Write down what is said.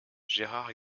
gérard